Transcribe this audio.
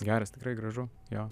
geras tikrai gražu jo